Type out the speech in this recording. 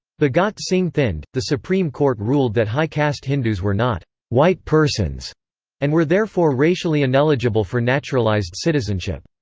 bhagat singh thind, the supreme court ruled that high caste hindus were not white persons and were therefore racially ineligible for naturalized citizenship.